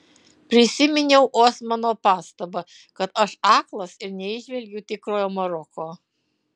prisiminiau osmano pastabą kad aš aklas ir neįžvelgiu tikrojo maroko